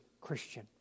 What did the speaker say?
Christian